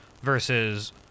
Versus